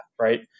right